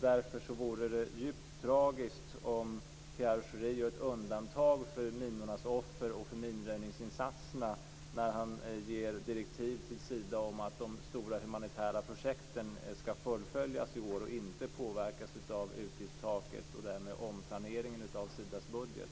Därför vore det djupt tragiskt om Pierre Schori gör ett undantag för minornas offer och för minröjningsinsatserna när han ger direktiv till Sida om att de stora humanitära projekten skall fullföljas i år och inte påverkas av utgiftstaket och därmed omplaneringen av Sidas budget.